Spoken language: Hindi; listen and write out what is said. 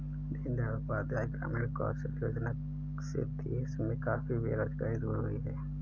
दीन दयाल उपाध्याय ग्रामीण कौशल्य योजना से देश में काफी बेरोजगारी दूर हुई है